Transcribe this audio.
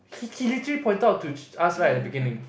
he he literally pointed out to us right at the beginning